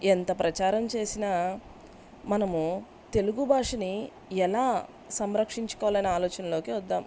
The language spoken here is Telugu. ఎంత ప్రచారం చేసినా మనము తెలుగు భాషని ఎలా సంరక్షించుకోవాలని ఆలోచనలోకి వద్దాం